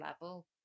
level